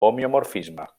homeomorfisme